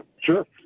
Sure